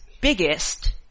biggest